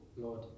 Lord